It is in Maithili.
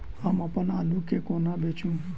हम अप्पन आलु केँ कोना बेचू?